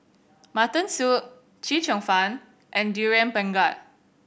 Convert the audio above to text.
mutton soup Chee Cheong Fun and Durian Pengat